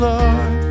Lord